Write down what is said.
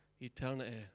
eternity